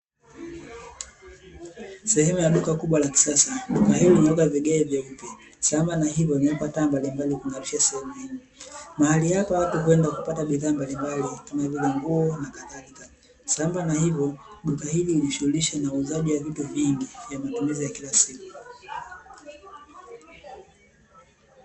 Sehemu ya duka kubwa la kisasa duka hilo limewekwa vigae vyeupe sambamba na hilo limwekwa taa mbalimbali kung'alisha sehemu hiyo, mahali hapa watu huenda kupata bidhaa mbalimbali kama nguo na kazalika, sambamba na hilo duka hili hujishughulisha na uuzaji wa vitu vingi vya matumizi ya kila siku.